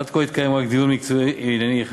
עד כה התקיים רק דיון מקצועי וענייני אחד.